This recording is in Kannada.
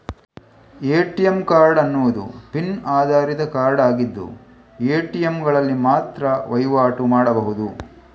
ಎ.ಟಿ.ಎಂ ಕಾರ್ಡ್ ಅನ್ನುದು ಪಿನ್ ಆಧಾರಿತ ಕಾರ್ಡ್ ಆಗಿದ್ದು ಎ.ಟಿ.ಎಂಗಳಲ್ಲಿ ಮಾತ್ರ ವೈವಾಟು ಮಾಡ್ಬಹುದು